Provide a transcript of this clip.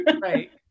Right